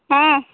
ಹಾಂ